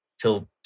till